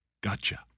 Gotcha